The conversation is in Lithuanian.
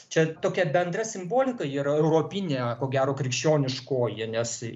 čia tokia bendra simbolika yra europinė ko gero krikščioniškoji nes